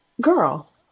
girl